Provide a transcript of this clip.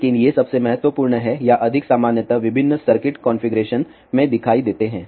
लेकिन ये सबसे महत्वपूर्ण हैं या अधिक सामान्यतः विभिन्न सर्किट कॉन्फ़िगरेशन में दिखाई देते हैं